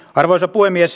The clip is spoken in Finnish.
arvoisa puhemies